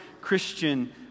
Christian